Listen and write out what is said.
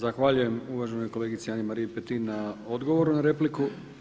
Zahvaljujem uvaženoj kolegici Ana-Mariji Petin na odgovoru na repliku.